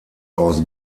aus